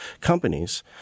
companies